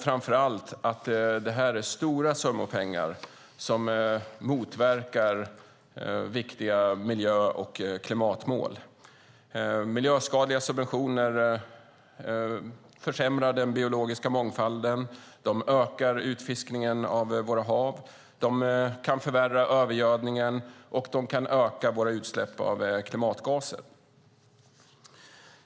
Framför allt är det stora summor pengar som motverkar viktiga miljö och klimatmål. Miljöskadliga subventioner försämrar den biologiska mångfalden, ökar utfiskningen av våra hav, kan förvärra övergödningen och kan öka våra utsläpp av klimatgaser.